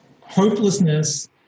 Hopelessness